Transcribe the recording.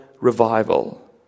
revival